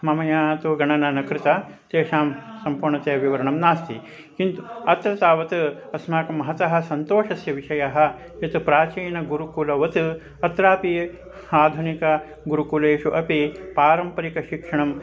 म मया तु गणना न कृता तेषां सम्पूर्णतया विवरणं नास्ति किन्तु अत्र तावत् अस्माकं महतः सन्तोषस्य विषयः यत् प्राचीनगुरुकुलवत् अत्रापि आधुनिकगुरुकुलेषु अपि पारम्परिकशिक्षणं